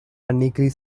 unequally